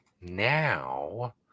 Now